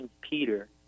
Peter